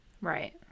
Right